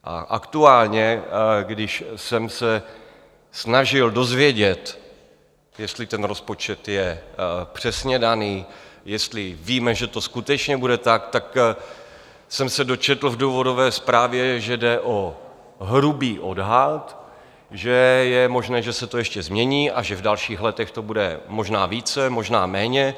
A aktuálně, když jsem se snažil dozvědět, jestli ten rozpočet je přesně daný, jestli víme, že to skutečně bude tak, tak jsem se dočetl v důvodové zprávě, že jde o hrubý odhad, že je možné, že se to ještě změní a že v dalších letech to bude možná více, možná méně.